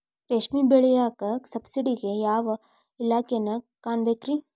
ರೇಷ್ಮಿ ಬೆಳಿಯಾಕ ಸಬ್ಸಿಡಿಗೆ ಯಾವ ಇಲಾಖೆನ ಕಾಣಬೇಕ್ರೇ?